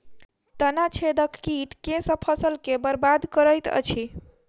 तना छेदक कीट केँ सँ फसल केँ बरबाद करैत अछि?